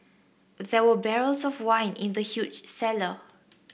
there were barrels of wine in the huge cellar